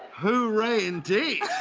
hooray indeed!